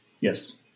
Yes